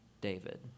David